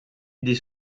des